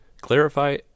Clarify